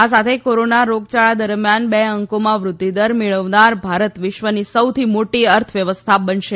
આ સાથે કોરોના રોગયાળા દરમિયાન બે અંકોમાં વૃધ્યિદર મેળવનાર ભારત વિશ્વની સૌથી મોટી અર્થવ્યવસ્થા બનશે